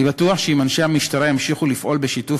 אני בטוח שאם אנשי המשטרה ימשיכו לפעול בשיתוף